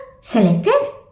Selected